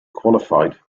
qualified